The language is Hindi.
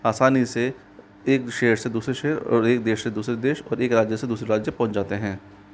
आसानी से एक शहर से दूसरे शहर और एक देश से दूसरे देश और एक राज्य से दूसरे राज्य पहुँच जाते हैं